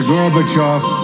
Gorbachev